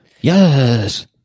yes